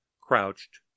crouched